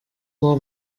war